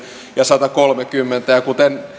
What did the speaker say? ja satakolmekymmentä miljoonaa kuten